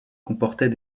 comportait